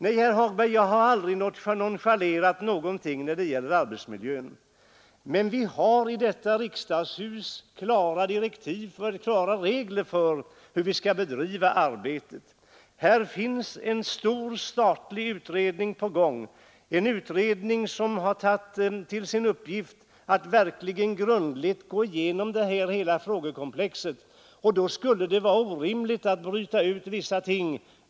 Nej, herr Hagberg, jag har aldrig nonchalerat någonting när det gäller arbetsmiljön. Men vi har klara regler för hur vi skall bedriva arbetet här i huset. En stor statlig utredning är på gång som har tagit till sin uppgift att verkligen grundligt gå igenom hela frågekomplexet. Det skulle därför vara orimligt att bryta ut vissa ting.